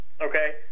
okay